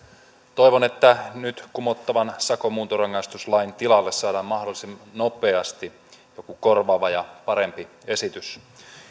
toivon että nyt kumottavan sakon muuntorangaistuslain tilalle saadaan mahdollisimman nopeasti joku korvaava ja parempi esitys